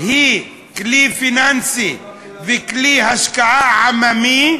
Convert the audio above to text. היא כלי פיננסי וכלי השקעה עממי,